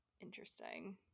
Interesting